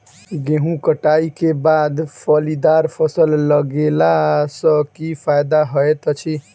गेंहूँ कटाई केँ बाद फलीदार फसल लगेला सँ की फायदा हएत अछि?